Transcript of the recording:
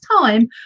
time